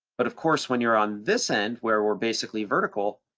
but of course, when you're on this end, where we're basically vertical,